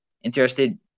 interested